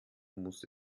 muss